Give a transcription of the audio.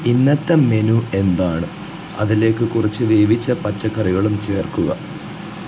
ഇന്നത്തെ മെനു എന്താണ് അതിലേക്ക് കുറച്ച് വേവിച്ച പച്ചക്കറികളും ചേർക്കുക